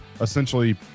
essentially